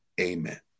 Amen